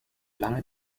lange